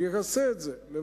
אני אנסה את זה לבקשתם.